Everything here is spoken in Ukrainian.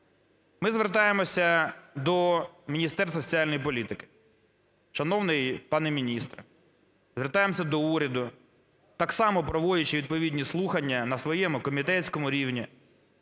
Ми звертаємося до Міністерства соціальної політики. Шановний пане міністр, звертаємося до уряду, так само проводячи відповідні слухання на своєму комітетському рівні,